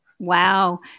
Wow